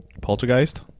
Poltergeist